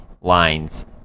lines